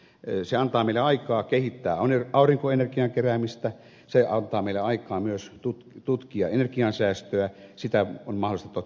se antaa meille aikaa kehittää aurinkoenergian keräämistä se antaa meille aikaa myös tutkia energiansäästöä sitä on mahdollista toki tehdä jo nyt